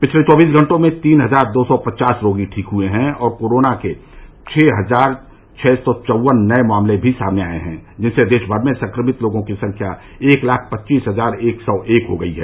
पिछले चौबीस घंटों में तीन हजार दो सौ पचास रोगी ठीक हुए हैं और कोरोना के छह हजार छः सौ चौवन नये मामले भी सामने आये हैं जिससे देश भर में संक्रमित लोगों की संख्या एक लाख पच्चीस हजार एक सौ एक हो गयी है